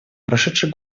прошедший